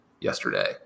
yesterday